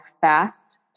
fast